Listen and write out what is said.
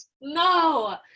No